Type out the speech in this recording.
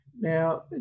Now